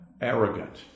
arrogant